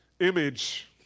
image